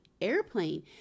airplane